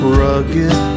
rugged